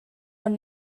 ond